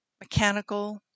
mechanical